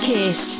Kiss